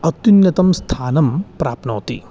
अत्युन्नतं स्थानं प्राप्नोति